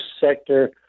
sector